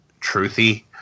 truthy